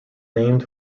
named